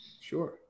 Sure